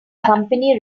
company